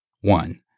one